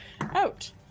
out